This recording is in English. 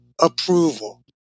approval